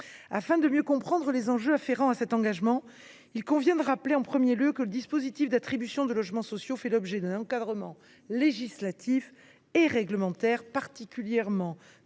Afin de mieux comprendre les enjeux afférents à cet engagement, il convient de rappeler que le dispositif d’attribution de logements sociaux fait l’objet d’un encadrement législatif et réglementaire particulièrement développé